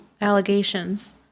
allegations